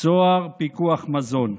"צהר פיקוח מזון".